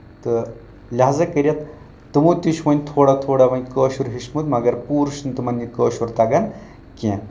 تہٕ لہٰزا کٔرتھ تِمو تہِ چھ وۄنۍ تھوڑا تھوڑا وۄنۍ کٲشُر ہیٚچھمُت مگر پوٗرٕ چھنہٕ تِمن یہِ کٲشُر تگان کینٛہہ